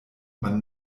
man